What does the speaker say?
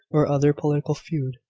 or other political feud,